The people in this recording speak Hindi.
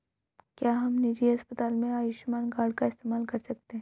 क्या हम निजी अस्पताल में आयुष्मान कार्ड का इस्तेमाल कर सकते हैं?